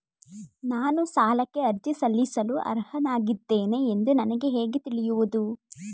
ನಾನು ಸಾಲಕ್ಕೆ ಅರ್ಜಿ ಸಲ್ಲಿಸಲು ಅರ್ಹನಾಗಿದ್ದೇನೆ ಎಂದು ನನಗೆ ಹೇಗೆ ತಿಳಿಯುವುದು?